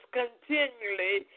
continually